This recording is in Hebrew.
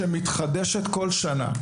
זו החלטה שמתחדשת כל שנה.